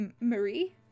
Marie